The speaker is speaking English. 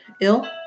ill